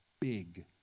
big